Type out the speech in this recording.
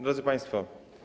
Drodzy Państwo!